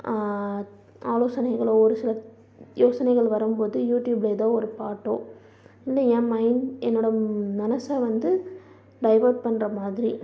ஆலோசனைகளோ ஒரு சில யோசனைகள் வரும்போது யூடியூப்ல எதோ ஒரு பாட்டோ இல்லை என் மைண்ட் என்னோடய மனசை வந்து டைவேர்ட் பண்ணுற மாதிரி